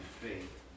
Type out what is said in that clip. faith